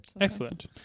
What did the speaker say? Excellent